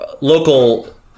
local